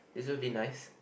this will be nice